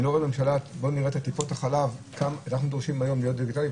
אנחנו דורשים היום להיות דיגיטליים,